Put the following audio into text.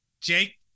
Jake